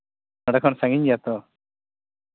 ᱱᱚᱰᱮ ᱠᱷᱚᱱ ᱥᱟᱺᱜᱤᱧ ᱜᱮᱭᱟ ᱛᱚ